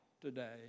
today